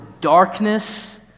darkness